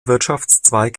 wirtschaftszweig